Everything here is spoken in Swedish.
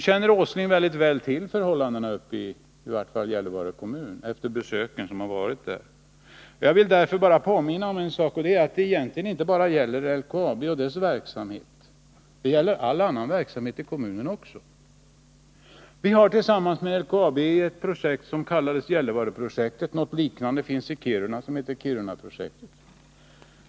Efter besöket i Gällivare känner Nils Åsling mycket väl till förhållandena där uppe. Jag vill därför bara påminna om en sak. Det gäller inte bara LKAB och dess verksamhet, det gäller all annan verksamhet i kommunen också. Vi har tillsammans med LKAB ett projekt som kallas Gällivareprojektet, med syfte att få till stånd alternativa arbetstillfällen. Något liknande finns i Kiruna och heter Kirunaprojektet.